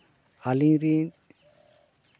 ᱟᱹᱞᱤᱧ ᱨᱮᱱ